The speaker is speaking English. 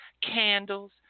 candles